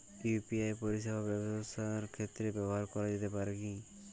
UPI পরিষেবা ব্যবসার ক্ষেত্রে ব্যবহার করা যেতে পারে কি?